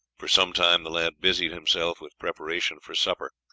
for some time the lad busied himself with preparation for supper.